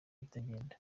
ibitagenda